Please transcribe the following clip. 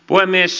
puhemies